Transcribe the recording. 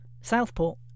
Southport